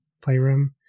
Playroom